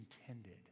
intended